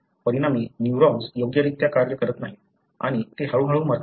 परिणामी न्यूरॉन्स योग्यरित्या कार्य करत नाहीत आणि ते हळूहळू मरतात